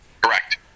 Correct